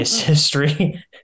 history